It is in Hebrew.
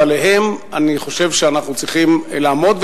ועליהם אני חושב שאנחנו צריכים לעמוד,